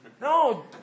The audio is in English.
No